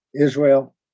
Israel